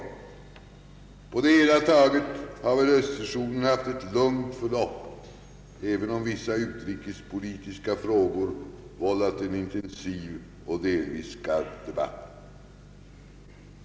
På det hela taget har höstsessionen haft ett lugnt förlopp, även om vissa utrikespolitiska frågor vållat en intensiv och delvis skarp debatt.